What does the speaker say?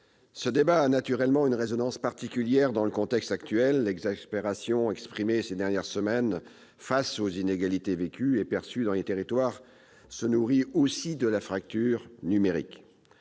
ce débat a naturellement une résonance particulière dans le contexte actuel. L'exaspération exprimée au cours des dernières semaines, face aux inégalités vécues et perçues dans les territoires, se nourrit aussi de la fracture numérique.